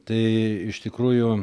tai iš tikrųjų